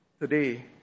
today